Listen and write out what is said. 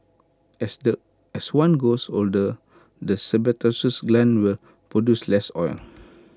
as the as one grows older the sebaceous glands will produce less oil